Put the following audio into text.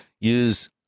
use